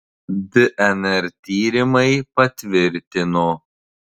dnr tyrimai patvirtino